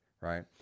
right